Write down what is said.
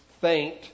faint